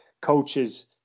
coaches